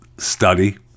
study